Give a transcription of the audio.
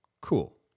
Cool